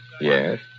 Yes